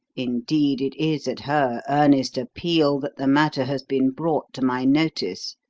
indeed, it is at her earnest appeal that the matter has been brought to my notice.